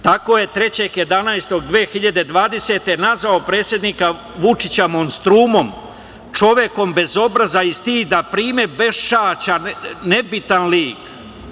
Tako je 3.11.2020. nazvao predsednika Vučića monstrumom, čovekom bez obraza i stida, primer beščašća, nebitan lik.